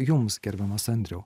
jums gerbiamas andriau